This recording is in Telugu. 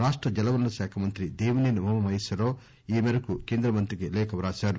రాష్ట జల వనరుల శాఖా మంత్రి దేవిసేని ఉమామహేశ్వర రావు ఈ మేరకు కేంద్ర మంత్రికి లేఖ రాశారు